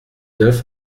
neuf